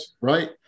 Right